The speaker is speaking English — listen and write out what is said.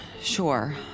sure